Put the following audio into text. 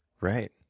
Right